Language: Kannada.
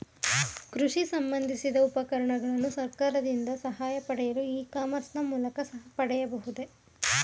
ಕೃಷಿ ಸಂಬಂದಿಸಿದ ಉಪಕರಣಗಳನ್ನು ಸರ್ಕಾರದಿಂದ ಸಹಾಯ ಪಡೆಯಲು ಇ ಕಾಮರ್ಸ್ ನ ಮೂಲಕ ಪಡೆಯಬಹುದೇ?